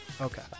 Okay